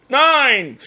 nine